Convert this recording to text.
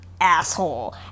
asshole